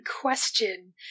question